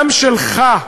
גם שלך,